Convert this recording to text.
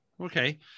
okay